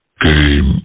Game